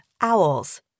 owls